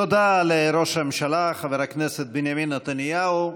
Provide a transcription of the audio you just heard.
תודה לראש הממשלה חבר הכנסת בנימין נתניהו.